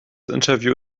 interview